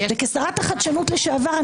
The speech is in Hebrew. כשרת החדשנות לשעבר,